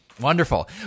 Wonderful